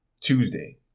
Tuesday